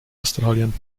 australien